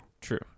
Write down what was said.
True